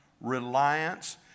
reliance